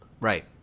right